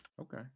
Okay